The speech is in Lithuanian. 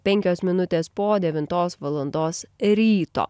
penkios minutės po devintos valandos ryto